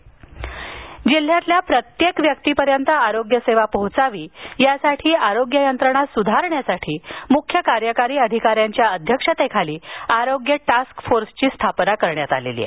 आरोग्य टास्कफोर्स जिल्ह्यातील प्रत्येक व्यक्तीपर्यंत आरोग्यसेवा पोहोचावी यासाठी आरोग्य यंत्रणा सुधारण्यासाठी मुख्य कार्यकारी अधिकाऱ्यांच्या अध्यक्षतेखाली आरोग्य टास्क फोर्सची स्थापना करण्यात आली आहे